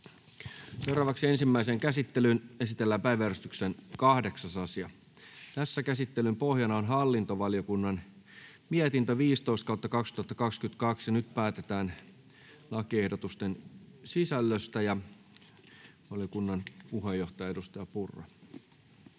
etu!] Ensimmäiseen käsittelyyn esitellään päiväjärjestyksen 8. asia. Käsittelyn pohjana on hallintovaliokunnan mietintö HaVM 15/2022 vp. Nyt päätetään lakiehdotusten sisällöstä. — Ja valiokunnan puheenjohtaja, edustaja Purra.